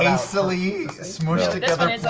um so liam smushed-together